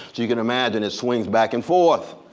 you can imagine it swings back and forth.